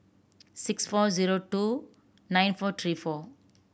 six four zero two nine four three four